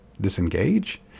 disengage